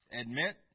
admit